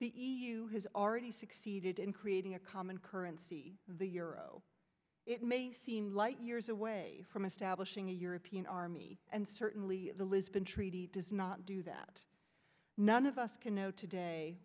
u has already succeeded in creating a common currency the euro it may seem light years away from establishing a european army and certainly the lisbon treaty does not do that none of us can know today